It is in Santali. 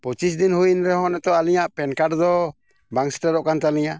ᱯᱚᱪᱤᱥ ᱫᱤᱱ ᱦᱩᱭᱮᱱ ᱨᱮᱦᱚᱸ ᱱᱤᱛᱳᱜ ᱟᱹᱞᱤᱧᱟᱜ ᱯᱮᱱ ᱠᱟᱨᱰ ᱫᱚ ᱵᱟᱝ ᱥᱮᱴᱮᱨᱚᱜ ᱠᱟᱱ ᱛᱟᱹᱞᱤᱧᱟ